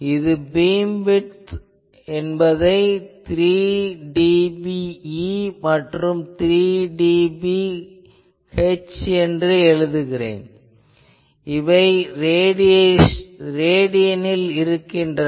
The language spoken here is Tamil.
நான் பீம்விட்த் என்பதை 3dBE மற்றும் 3dBH என எழுதுகிறேன் இவை ரேடியனில் இருக்கின்றன